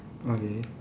okay